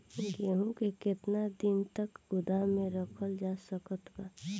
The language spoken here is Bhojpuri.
गेहूँ के केतना दिन तक गोदाम मे रखल जा सकत बा?